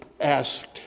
asked